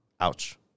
Ouch